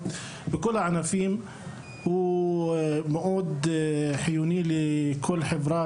בכל הענפים הוא מאוד חיוני לכל חברה,